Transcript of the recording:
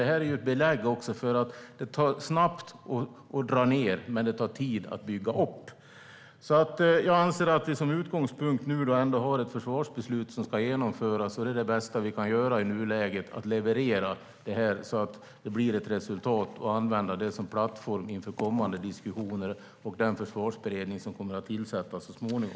Det är ett belägg för att det går snabbt att dra ned men att det tar tid att bygga upp. Jag anser att vi som utgångspunkt har ett försvarsbeslut som ska genomföras, och det bästa vi kan göra i nuläget är att leverera så att det blir ett resultat. Det kan vi sedan använda som plattform inför kommande diskussioner och i den försvarsberedning som så småningom kommer att tillsättas.